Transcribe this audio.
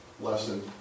lesson